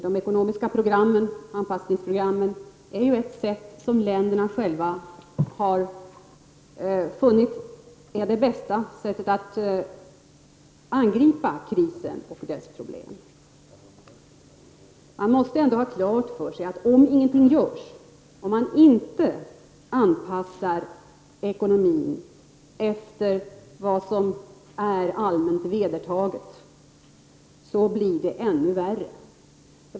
De ekonomiska anpassningsprogrammen är program som länderna själva har funnit vara de bästa när det gäller att angripa den ekonomiska krisen och de problem den för med sig. Om inget görs och man inte anpassar ekonomin efter vad som är allmänt vedertaget, då blir det ännu värre.